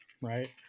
right